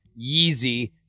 Yeezy